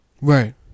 Right